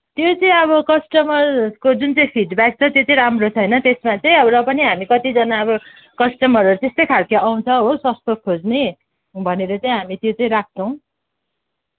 त्यो चाहिँ अब कस्टमरको जुन चाहिँ फिडब्याक छ त्यो चाहिँ राम्रो छैन त्यसमा चाहिँ र पनि हामी कतिजना अब कस्टमरहरू त्यस्तै खालको आउँछ हो सस्तो खोज्ने भनेर चाहिँ हामी त्यो चाहिँ राख्छौँ